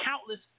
countless